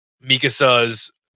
Mikasa's